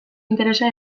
interesa